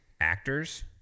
actors